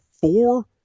four